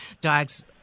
dogs